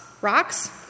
Rocks